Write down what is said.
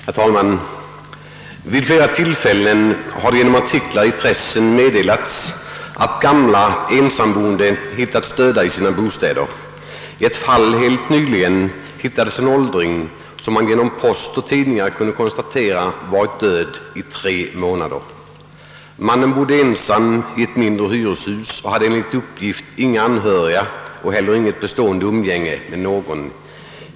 Herr talman! Vid flera tillfällen har det genom artiklar i pressen meddelats att gamla ensamboende hittats döda i sina bostäder. I ett fall helt nyligen hittades en åldring, som man genom post och tidningar kunde konstatera varit död i tre månader. Mannen bodde ensam i ett mindre hyreshus och hade enligt uppgift inga anhöriga och heller inget bestående umgänge med någon.